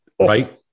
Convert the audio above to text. Right